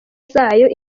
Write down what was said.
zayo